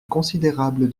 considérable